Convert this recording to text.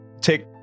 take